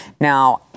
Now